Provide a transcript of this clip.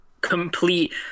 complete